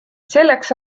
selleks